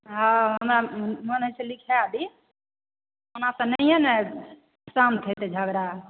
हँ हमरा मोन होइ छै लिखा दी ओना तऽ नहि ने शांत हेतै झगड़ा